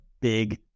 big